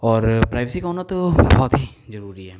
और प्राइवेसी का होना तो बहुत ही जरूरी है